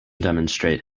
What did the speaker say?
demonstrate